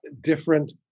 different